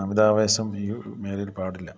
അമിതാവേശം ഈ മേഖലിൽ പാടില്ല